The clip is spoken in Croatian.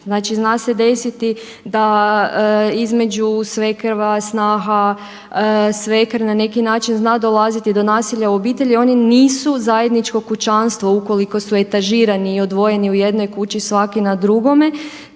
Znači, zna se desiti da između svekrva, snaha, svekr na neki način zna dolaziti do nasilja u obitelji. Oni nisu zajedničko kućanstvo ukoliko su etažirani i odvojeni u jednoj kući svaki na drugome,